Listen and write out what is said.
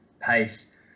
pace